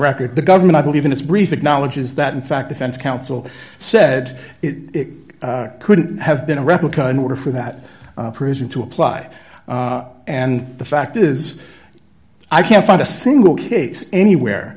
record the government i believe in its brief acknowledges that in fact defense counsel said it couldn't have been a replica in order for that prison to apply and the fact is i can't find a single case anywhere